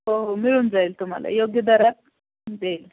हो हो मिळून जाईल तुम्हाला योग्य दरात देईल